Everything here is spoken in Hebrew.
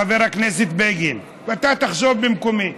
חבר הכנסת בגין, אתה תחשוב במקומי.